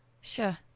Sure